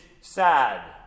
sad